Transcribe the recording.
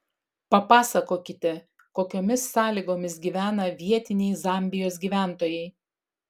papasakokite kokiomis sąlygomis gyvena vietiniai zambijos gyventojai